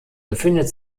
befindet